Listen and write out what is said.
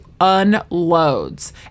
unloads